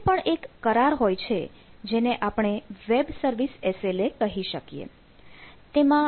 અહીં પણ એક કરાર હોય છે જેને આપણે વેબ સર્વિસ એસ